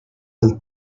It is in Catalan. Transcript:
del